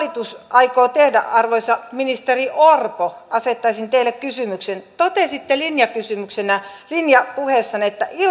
aikoo tehdä arvoisa ministeri orpo asettaisin teille kysymyksen totesitte linjakysymyksenä linjapuheessanne että ilman